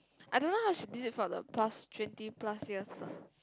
I don't know how she did it for the past twenty plus years lah